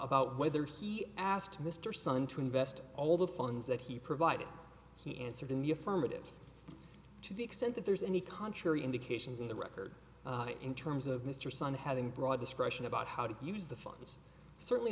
bout whether c asked mr sun to invest all the funds that he provided he answered in the affirmative to the extent that there's any contrary indications in the record in terms of mr sun having broad discretion about how to use the funds certainly